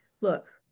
look